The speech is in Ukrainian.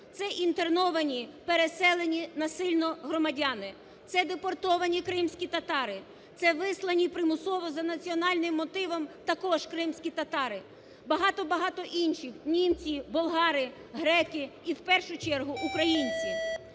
це інтернова переселені насильно громадяни, це депортовані кримські татари, це вислані примусово за національним мотивом також кримські татари, багато, багато інших, німці, болгари, греки і в першу чергу українці.